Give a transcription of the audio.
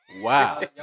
Wow